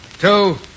two